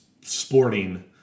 sporting